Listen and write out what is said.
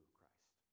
Christ